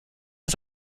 als